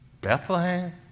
Bethlehem